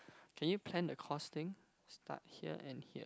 can you plan the cost thing start here and here